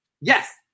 Yes